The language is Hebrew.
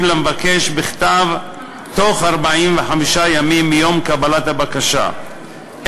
למבקש בכתב תוך 45 ימים מיום קבלת הבקשה,